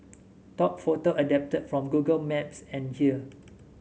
top photo adapted from Google Maps and here